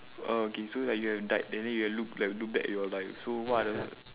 err okay so like you have died and then you have look look back at your life so what are the